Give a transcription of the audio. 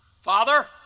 Father